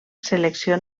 selecció